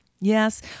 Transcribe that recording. Yes